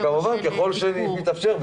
כמובן, ככל שמתאפשר.